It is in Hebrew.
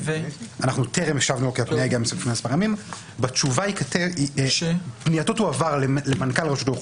או שאנחנו נצטרך לקבוע שתי בעיות.